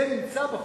זה נמצא בחוק,